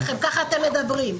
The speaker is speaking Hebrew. ככה אתם מדברים.